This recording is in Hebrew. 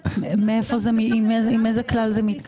עם איזה כלל זה מתכתב.